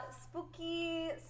spooky